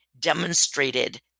demonstrated